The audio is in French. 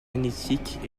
magnétique